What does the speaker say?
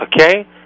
okay